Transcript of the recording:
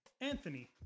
Anthony